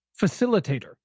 facilitator